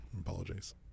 Apologies